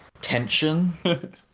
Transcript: tension